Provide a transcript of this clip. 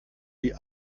wie